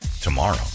tomorrow